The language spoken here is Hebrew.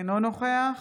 אינו נוכח